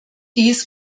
dies